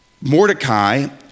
Mordecai